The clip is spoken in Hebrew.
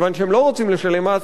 מכיוון שהם לא רוצים לשלם מס,